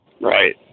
Right